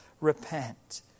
repent